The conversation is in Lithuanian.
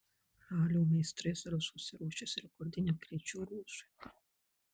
ralio meistrai zarasuose ruošiasi rekordiniam greičio ruožui